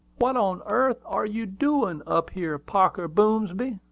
what on airth are you doin' up here, parker boomsby?